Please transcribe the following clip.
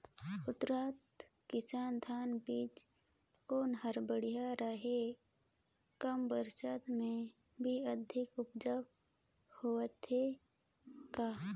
उन्नत किसम धान बीजा कौन हर बढ़िया रही? कम बरसात मे भी अधिक उपज होही का?